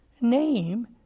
name